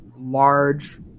large